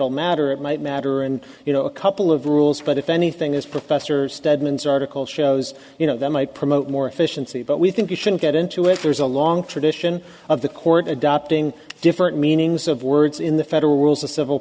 will matter it might matter and you know a couple of rules but if anything is professor stedman's article shows you know that might promote more efficiency but we think you shouldn't get into it there's a long tradition of the court adopting different meanings of words in the federal rules of civil